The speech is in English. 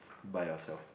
by yourself